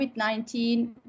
COVID-19